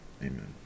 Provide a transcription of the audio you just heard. Amen